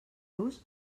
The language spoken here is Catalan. los